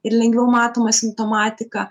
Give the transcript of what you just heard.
ir lengviau matoma simptomatika